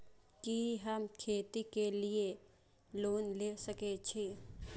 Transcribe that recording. कि हम खेती के लिऐ लोन ले सके छी?